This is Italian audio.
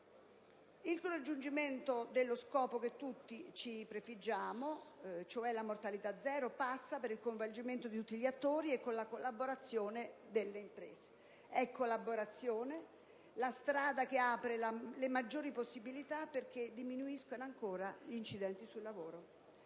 Il raggiungimento dello scopo che tutti ci prefiggiamo, cioè la mortalità zero, passa per il coinvolgimento di tutti gli attori e con la collaborazione delle imprese. È la collaborazione la strada che apre le maggiori possibilità perché diminuiscano ancora gli incidenti sul lavoro!